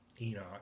Enoch